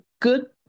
good